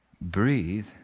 Breathe